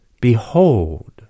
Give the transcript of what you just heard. Behold